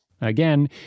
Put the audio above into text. Again